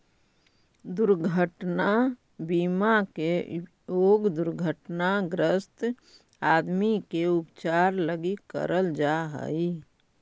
दुर्घटना बीमा के उपयोग दुर्घटनाग्रस्त आदमी के उपचार लगी करल जा हई